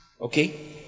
Okay